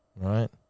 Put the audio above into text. right